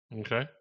Okay